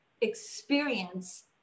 experience